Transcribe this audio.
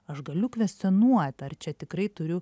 aš galiu kvestionuot ar čia tikrai turiu